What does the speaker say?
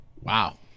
wow